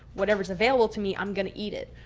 whatever's available to me, i'm going to eat it.